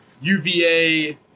UVA